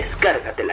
Descárgatela